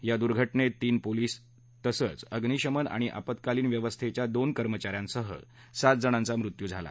या दुर्घटनेत तीन पोलीस तसंच अग्निशमन आणि आपत्कालीन व्यवस्थेच्या दोन कर्मचाऱ्यांसह सात जणांचा मृत्यू झाला